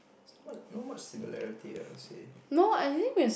somewhat not much similarity I would say